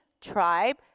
tribe